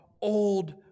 old